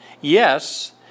Yes